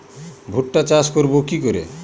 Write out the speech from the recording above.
ভুট্টা চাষ করব কি করে?